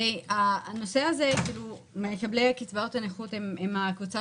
הרי בנושא הזה מקבלי קצבאות הנכות הם הקבוצה